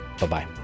Bye-bye